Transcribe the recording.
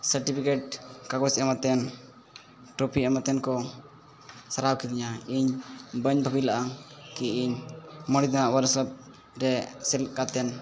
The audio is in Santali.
ᱥᱟᱨᱴᱤᱯᱷᱤᱠᱮᱴ ᱠᱟᱜᱚᱡᱽ ᱮᱢᱢᱟᱛᱮᱱ ᱴᱨᱚᱯᱷᱤ ᱮᱢᱟᱛᱮᱱ ᱠᱚ ᱥᱟᱨᱦᱟᱣ ᱠᱤᱫᱤᱧᱟ ᱤᱧ ᱵᱟᱹᱧ ᱵᱷᱟᱵᱤ ᱞᱟᱫᱼᱟ ᱠᱤ ᱤᱧ ᱢᱚᱬᱮᱫᱤᱱ ᱚᱣᱟᱨᱠᱥᱚᱯ ᱨᱮ ᱥᱮᱞᱮᱫ ᱠᱟᱛᱮᱫ